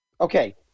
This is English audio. Okay